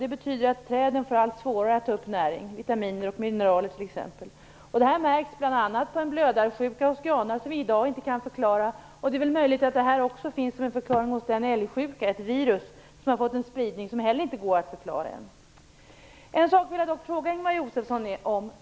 Det betyder att träden får allt svårare att ta upp näring, t.ex. vitaminer och mineraler. Det märks bl.a. på en blödarsjuka hos granar som vi i dag inte kan förklara. Det är möjligt att det också är en förklaring till den s.k. älgsjukan, ett virus som har fått en spridning som inte heller går att förklara än.